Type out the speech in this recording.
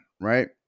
Right